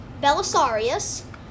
Belisarius